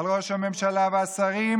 על ראש הממשלה והשרים,